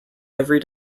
every